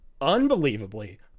unbelievably